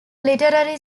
literary